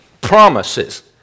promises